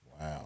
Wow